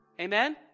Amen